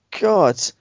God